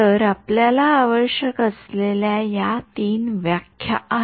तर आपल्याला आवश्यक असलेल्या या 3 व्याख्या आहेत